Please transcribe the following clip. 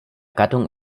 gattung